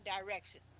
direction